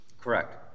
Correct